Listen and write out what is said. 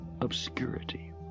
obscurity